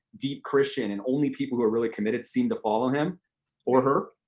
deep christian, and only people who are really committed seem to follow him or her,